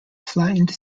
flattened